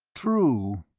true,